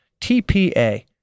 TPA